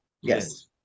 Yes